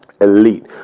Elite